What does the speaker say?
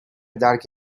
درک